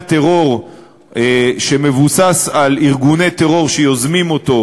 טרור שמבוסס על ארגוני טרור שיוזמים אותו,